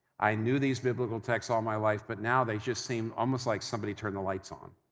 i knew these biblical texts all my life but now they just seem almost like somebody turned the lights on,